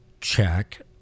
check